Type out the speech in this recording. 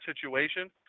situation